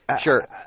Sure